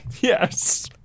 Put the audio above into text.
Yes